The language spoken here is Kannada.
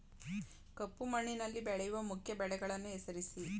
ಕಪ್ಪು ಮಣ್ಣಿನಲ್ಲಿ ಬೆಳೆಯುವ ಮುಖ್ಯ ಬೆಳೆಗಳನ್ನು ಹೆಸರಿಸಿ